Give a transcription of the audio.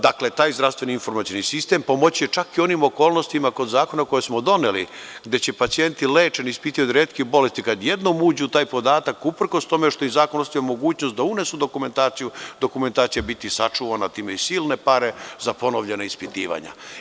Dakle, taj zdravstveni informacioni sistem pomoći će čak i onim okolnostima kod zakona koje smo doneli, gde će pacijenti lečeni, ispitivani od retkih bolesti, kad jednom uđu u taj podatak, uprkos tome što im zakon ostavlja mogućnost da unesu dokumentaciju, dokumentacija biti sačuvana, a time i silne pare za ponovna ispitivanja.